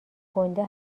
گنده